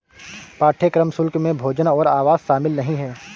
पाठ्यक्रम शुल्क में भोजन और आवास शामिल नहीं है